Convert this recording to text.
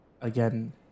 again